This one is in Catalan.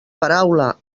paraula